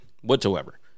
whatsoever